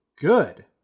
good